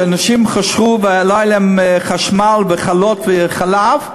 כשלאנשים היה חושך ולא היה להם חשמל וחלות וחלב,